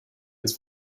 ins